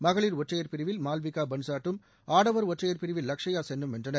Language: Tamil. மகளிர் ஒற்றையர் பிரிவில் மால்விகா பன்சாட்டும் ஆடவர் ஒற்றையர் பிரிவில் லக்ஷயா சென்னும் வென்றனர்